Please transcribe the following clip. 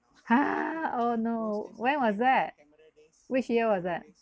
ha oh no when was that which year was that